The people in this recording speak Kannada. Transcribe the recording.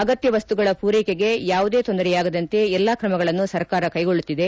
ಅಗತ್ಯವಸ್ತುಗಳ ಪೂರೈಕೆಗೆ ಯಾವುದೇ ತೊಂದರೆಯಾಗದಂತೆ ಎಲ್ಲಾ ಕ್ರಮಗಳನ್ನು ಸರ್ಕಾರ ಕೈಗೊಳ್ಳುತ್ತಿದೆ